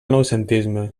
noucentisme